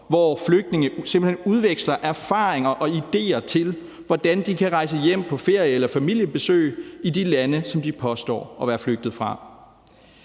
simpelt hen udvekslinger erfaringer med og idéer til, hvordan de kan rejse hjem på ferie eller familiebesøg i de lande, som de påstår at være flyttet fra.